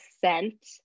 scent